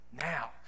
now